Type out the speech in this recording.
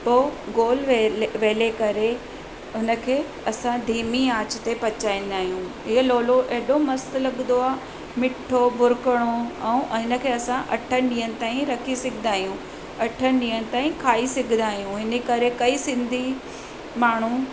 पोइ गोल वेल वेले करे हुनखे असां धीमी आंच ते पचाईंदा आहियूं हीअ लोलो एॾो मस्तु लॻंदो आहे मिठो बुरखणो ऐं इनखे असां अठनि ॾींहनि ताईं रखी सघंदा आहियूं अठनि ॾींहनि ताईं खाई सघंदा आहियूं इन करे कई सिंधी माण्हू